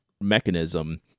mechanism